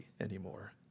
anymore